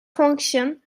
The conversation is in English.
function